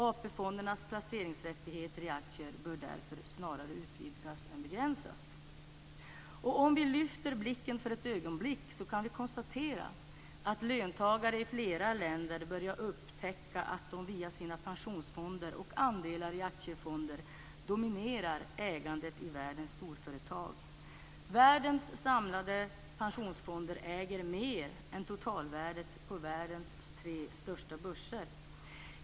AP fondernas placeringsrättigheter i aktier bör därför snarare utvidgas än begränsas. Fru talman! Om vi lyfter blicken för ett ögonblick kan vi konstatera att löntagare i flera länder börjar upptäcka att de via sina pensionsfonder och andelar i aktiefonder dominerar ägandet i världens storföretag. Världens samlade pensionsfonder äger mer än totalvärdet på världens tre största börser.